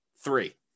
three